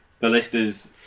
Ballista's